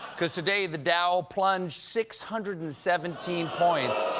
because today, the dow plunged six hundred and seventeen points.